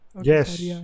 Yes